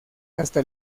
hasta